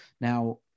Now